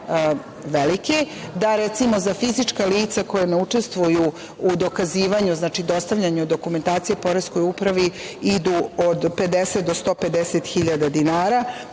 velike, recimo, da za fizička lica koja ne učestvuju u dokazivanju, znači dostavljanju dokumentacija Poreskoj upravi idu od 50.000,00 do 150.000,00 dinara,